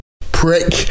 Prick